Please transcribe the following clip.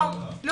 לא.